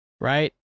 right